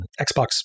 Xbox